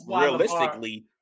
realistically